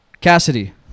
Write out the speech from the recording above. Cassidy